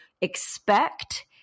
expect